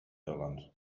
irland